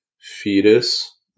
fetus